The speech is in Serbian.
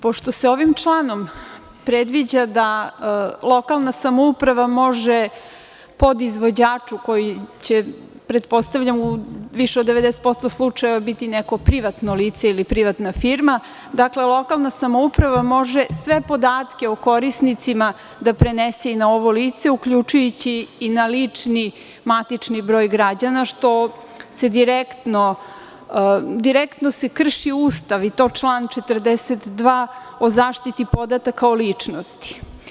Pošto se ovim članom predviđa da lokalna samouprava može podizvođaču koji će pretpostavljam više u 90% slučajeva biti neko privatno lice ili privatna firma, dakle lokalna samouprava može sve podatke o korisnicima da prenese i na ovo lice, na lični matični broj građana čime se direktno krši Ustav, član 42. o zaštiti podataka o ličnosti.